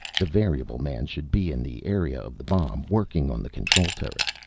the variable man should be in the area of the bomb, working on the control turret.